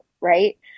right